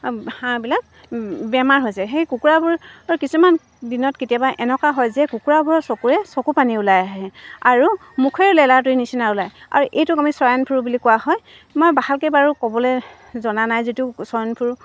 হাঁহবিলাক বেমাৰ হৈছে সেই কুকুৰাবোৰৰ কিছুমান দিনত কেতিয়াবা এনেকুৱা হয় যে কুকুৰাবোৰৰ চকুৰে চকুপানী ওলাই আহে আৰু মুখেৰেও লেলাৱতি নিচিনা ওলায় আৰু এইটো আমি চোৱাইন ফ্লু বুলি কোৱা হয় মই ভালকৈ বাৰু ক'বলৈ জনা নাই যিটো চোৱাইন ফ্লু